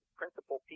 principal